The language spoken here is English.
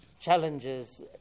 challenges